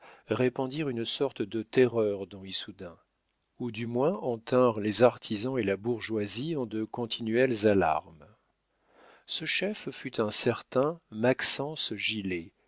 répandirent une sorte de terreur dans issoudun ou du moins en tinrent les artisans et la bourgeoisie en de continuelles alarmes ce chef fut un certain maxence gilet